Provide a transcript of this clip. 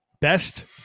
Best